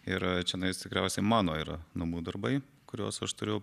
yra čionais tikriausiai mano yra namų darbai kuriuos aš turiu